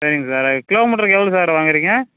சரிங்க சார் அது கிலோமீட்டருக்கு எவ்வளோ சார் வாங்குகிறீங்க